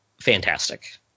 fantastic